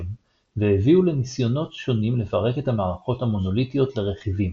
והביאו לניסיונות שונים לפרק את המערכות המונוליטיות לרכיבים.